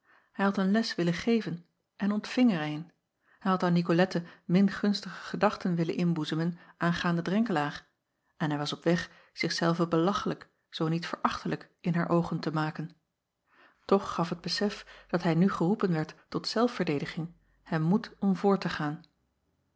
ij had een les willen geven en ontving er een hij had aan icolette min gunstige gedachten willen inboezemen aangaande renkelaer en hij was op weg zich zelven belachlijk zoo niet verachtelijk in haar oogen te maken och gaf het besef dat hij nu geroepen werd tot zelfverdediging hem moed om voort te gaan